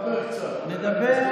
נדבר,